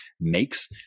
makes